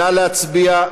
נא להצביע.